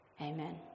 Amen